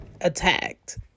attacked